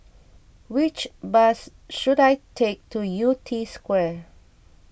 which bus should I take to Yew Tee Square